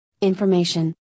information